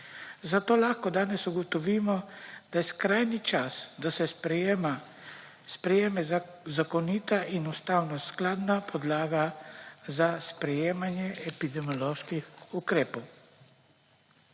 Zato lahko danes ugotovimo, da je skrajni čas, da se sprejme zakonita in ustavnoskladna podlaga za sprejemanje epidemioloških ukrepov.